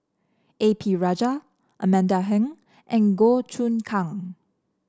A P Rajah Amanda Heng and Goh Choon Kang